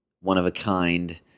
one-of-a-kind